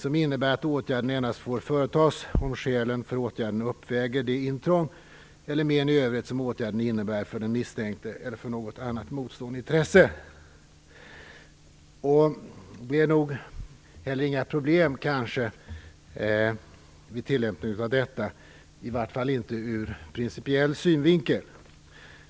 Den innebär att åtgärden endast får vidtas om skälen för åtgärderna uppväger det intrång eller men i övrigt som åtgärden innebär för den misstänkte eller för något annat motsvarande intresse. Det föreligger kanske inga problem vid tillämpningen av detta, i varje fall inte ur principiell synvinkel.